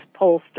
pollster